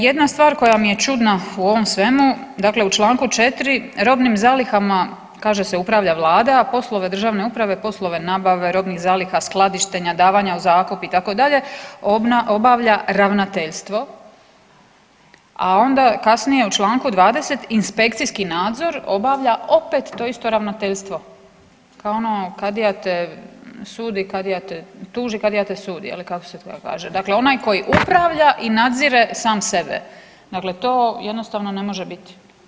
Jedna stvar koja mi je čudna u ovom svemu, dakle u čl. 4. robnim zalihama kaže se upravlja vlada, a poslove državne uprave, poslove nabave robnih zaliha, skladištenja, davanja u zakup itd. obavlja ravnateljstvo, a onda kasnije u čl. 20. inspekcijski nadzor obavlja opet to isto ravnateljstvo kao ono kadija te sudi, kadija te tuži, kadija te sudi je li, kako se to kaže, dakle onaj koji upravlja i nadzire sam sebe, dakle to jednostavno ne može biti.